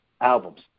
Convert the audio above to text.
albums